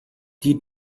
die